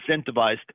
incentivized